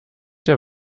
der